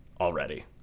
already